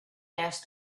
asked